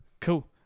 Cool